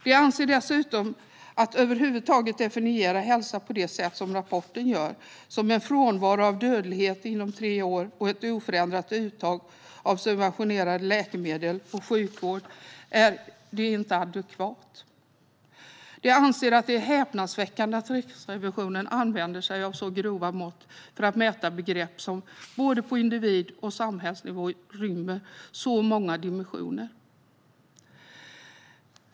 De anser dessutom att det inte är adekvat att definiera hälsa på det sätt rapporten gör - som en frånvaro av dödlighet inom tre år och ett oförändrat uttag av subventionerade läkemedel och sjukvård. De anser att det är häpnadsväckande att Riksrevisionen använder sig av så grova mått för att mäta begrepp som på både individ och samhällsnivå rymmer så många dimensioner.